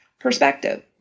perspective